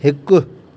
हिकु